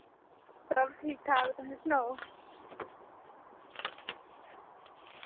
सब ठीक ठाक तुस सनाओ